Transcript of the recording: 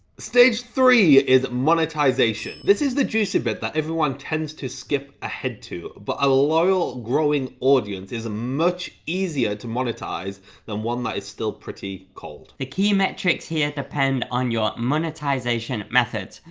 stage three is monetization. this is the juicy bit that everyone tends to skip ahead to. but a loyal growing audience is much easier to monetize than one that is still pretty cold. the key metrics here depend on your monetization methods.